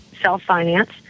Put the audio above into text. self-finance